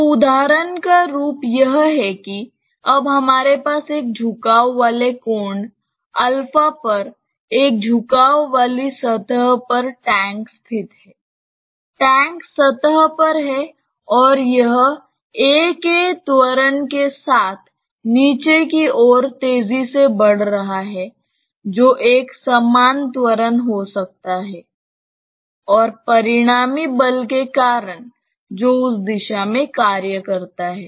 तो उदाहरण का रूप यह है कि अब हमारे पास एक झुकाव वाले कोण पर एक झुकाव वाली सतह पर टैंक स्थित है टैंक सतह पर है और यह a के त्वरण के साथ नीचे की ओर तेजी से बढ़ रहा है जो एक समान त्वरण हो सकता है और परिणामी बल के कारण जो उस दिशा में कार्य करता है